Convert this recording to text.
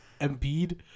Embiid